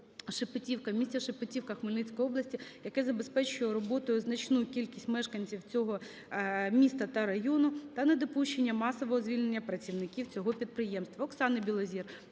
"Шепетівка" в місті Шепетівка Хмельницької області, яке забезпечує роботою значну кількість мешканців цього міста та району та недопущення масового звільнення працівників цього підприємства. Оксани Білозір